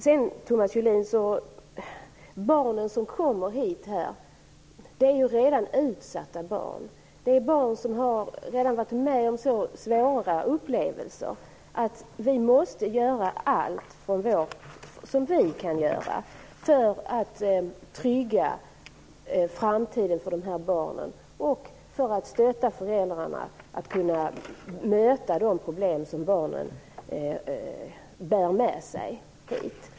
De barn som kommer hit, Thomas Julin, är redan utsatta. Det är barn som har varit med om så svåra upplevelser att vi måste göra allt för att trygga framtiden för dessa barn och för att stötta föräldrarna att möta de problem barnen bär med sig.